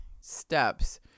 steps